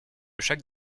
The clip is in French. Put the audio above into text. chaque